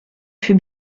fut